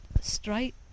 straight